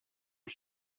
are